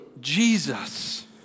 Jesus